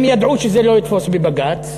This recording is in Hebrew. הם ידעו שזה לא יתפוס בבג"ץ.